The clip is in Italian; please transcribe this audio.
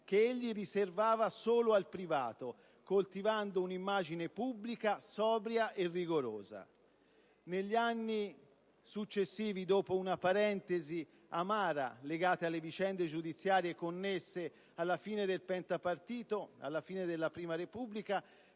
che egli riservava solo al privato, coltivando un'immagine pubblica sobria e rigorosa. Negli anni successivi, dopo una parentesi amara, legata alle vicende giudiziarie connesse alla fine del pentapartito e alla fine della prima Repubblica,